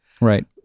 right